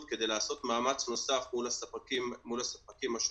כדי לעשות מאמץ נוסף מול הספקים השונים.